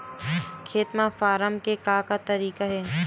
खेती से फारम के का तरीका हे?